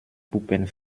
puppen